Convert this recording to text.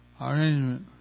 arrangement